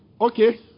Okay